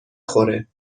خوره